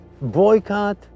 boycott